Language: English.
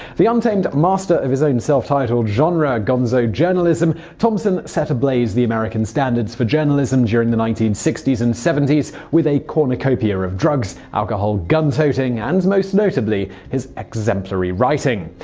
the untamed master of his own self-titled genre, gonzo journalism, thompson set ablaze the american standards for journalism during the nineteen sixty s and seventy s with a cornucopia of drugs, alcohol, gun toting, and most notably, his exemplary writing.